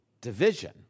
division